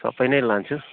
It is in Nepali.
सबै नै लान्छु